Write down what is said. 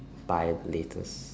buy the latest